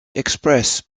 express